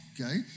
okay